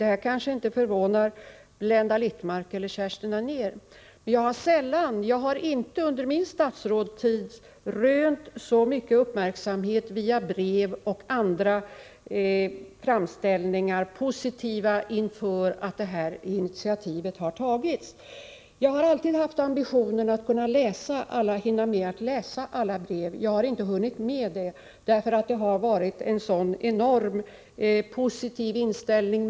Detta kanske inte förvånar Blenda Littmarck och Kerstin Anér, men jag har inte under min statsrådstid rönt så mycken positiv uppmärksamhet via brev och andra framställningar som med anledning av att detta initiativ har tagits. Jag har alltid haft ambitionen att hinna läsa alla brev, men jag har inte hunnit med detta därför att det har varit en sådan enorm positiv tillströmning.